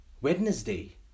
wednesday